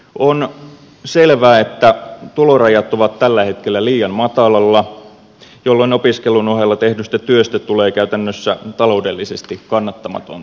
on selvää että tulorajat ovat tällä hetkellä liian matalalla jolloin opiskelun ohella tehdystä työstä tulee käytännössä taloudellisesti kannattamatonta